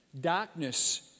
darkness